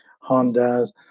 Honda's